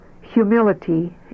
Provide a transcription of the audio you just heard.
humility